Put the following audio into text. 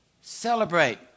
Celebrate